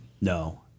No